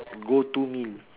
go to meal